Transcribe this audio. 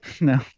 No